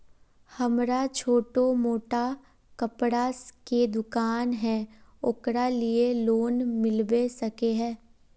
हमरा छोटो मोटा कपड़ा के दुकान है ओकरा लिए लोन मिलबे सके है?